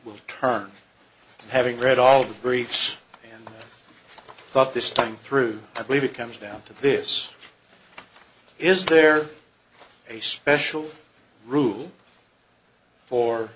will turn having read all the briefs and thought this time through i believe it comes down to this is there a special rule for